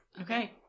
Okay